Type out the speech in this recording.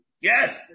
Yes